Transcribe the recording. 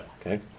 Okay